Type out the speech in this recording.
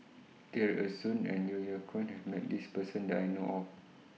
Tear Ee Soon and Yeo Yeow Kwang has Met This Person that I know of